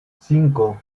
cinco